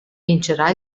vincerà